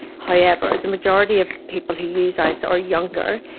however the majority of people who use ice are younger,